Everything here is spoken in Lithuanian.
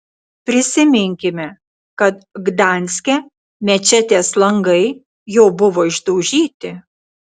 prisiminkime kad gdanske mečetės langai jau buvo išdaužyti